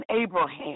Abraham